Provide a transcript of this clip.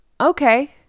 Okay